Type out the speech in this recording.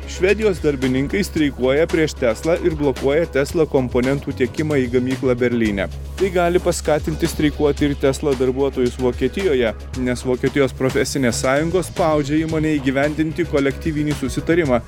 švedijos darbininkai streikuoja prieš teslą ir blokuoja tesla komponentų tiekimą į gamyklą berlyne tai gali paskatinti streikuoti ir tesla darbuotojus vokietijoje nes vokietijos profesinės sąjungos spaudžia įmonėj įgyvendinti kolektyvinį susitarimą